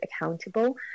accountable